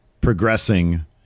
progressing